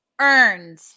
earned